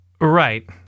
Right